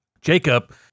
Jacob